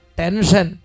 tension